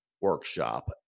workshop